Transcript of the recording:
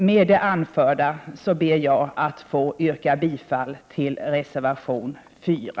Med det anförda ber jag att få yrka bifall till reservation 4.